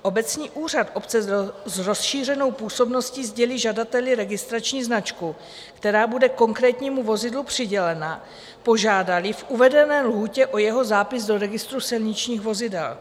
Obecní úřad obce s rozšířenou působností sdělí žadateli registrační značku, která bude konkrétnímu vozidlu přidělena, požádáli v uvedené lhůtě o jeho zápis do registru silničních vozidel.